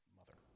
mother